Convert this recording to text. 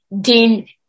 Dean